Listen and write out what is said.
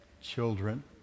children